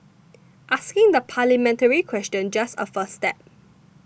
asking the parliamentary question just a first step